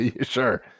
Sure